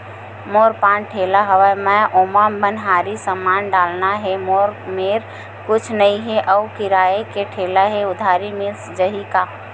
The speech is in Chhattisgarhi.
मोर पान ठेला हवय मैं ओमा मनिहारी समान डालना हे मोर मेर कुछ नई हे आऊ किराए के ठेला हे उधारी मिल जहीं का?